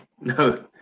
No